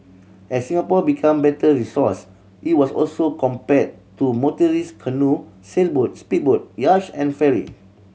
as Singapore became better resourced it was also compared to motorised canoe sailboat speedboat yacht and ferry